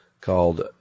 called